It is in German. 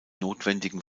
notwendigen